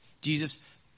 Jesus